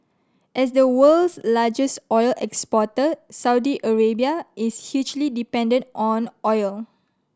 as the world's largest oil exporter Saudi Arabia is hugely dependent on oil